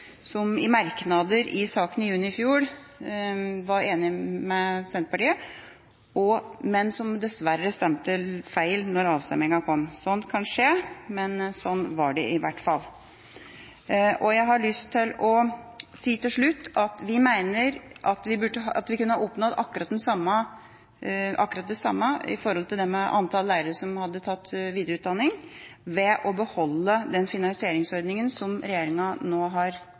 i merknader i saken i juni i fjor var enig med Senterpartiet, men som dessverre stemte feil under avstemningen. Sånt kan skje, men sånn var det i hvert fall. Jeg har lyst til å si helt til slutt at vi mener at vi kunne oppnådd akkurat det samme i forhold til antall lærere som hadde tatt videreutdanning, ved å beholde den finansieringsordningen som jeg roste regjeringa for innledningsvis. Vi satte i gang en, dere har